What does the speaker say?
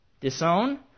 Disown